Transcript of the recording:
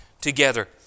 together